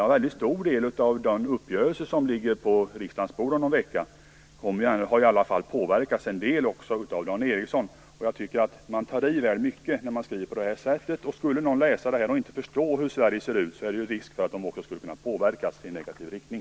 En mycket stor del av den uppgörelse som ligger på riksdagens bord om någon vecka har i alla fall påverkats till en del av Dan Ericsson. Jag tycker att han tar i väl mycket när han skriver på det här sättet. Skulle någon läsa detta och inte förstå hur Sverige ser ut, är det risk för att de också skulle kunna påverkas i negativ riktning.